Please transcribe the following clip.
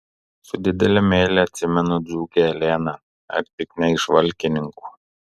su didele meile atsimenu dzūkę eleną ar tik ne iš valkininkų